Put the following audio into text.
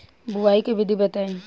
बुआई के विधि बताई?